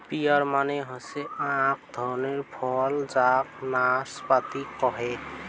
peer মানে হসে আক ধরণের ফল যাক নাসপাতি কহে